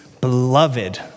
beloved